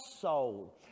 soul